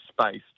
spaced